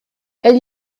elle